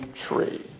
tree